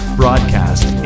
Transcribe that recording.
broadcast